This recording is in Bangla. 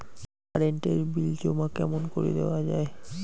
কারেন্ট এর বিল জমা কেমন করি দেওয়া যায়?